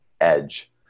edge